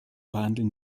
verhandeln